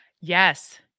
Yes